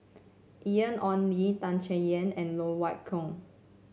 Ian Ong Li Tan Chay Yan and Loke Wan Tho